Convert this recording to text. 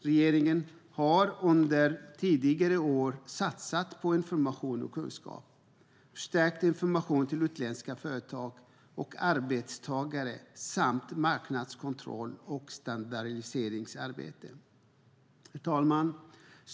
Regeringen har under tidigare år satsat på information och kunskap, förstärkt information till utländska företag och arbetstagare samt på marknadskontroll och standardiseringsarbete. Herr talman!